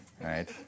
Right